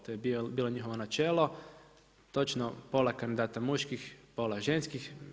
To je bilo njihovo načelo, točno pola kandidata muških, pola ženskih.